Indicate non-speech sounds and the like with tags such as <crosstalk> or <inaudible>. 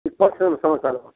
<unintelligible> समोसा लाऊँ